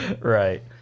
right